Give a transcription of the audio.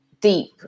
deep